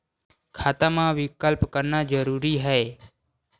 खाता मा विकल्प करना जरूरी है?